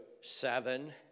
seven